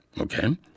okay